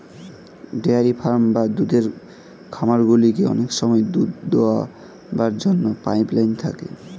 dairy farm বা দুধের খামারগুলিতে অনেক সময় দুধ দোয়াবার জন্য পাইপ লাইন থাকে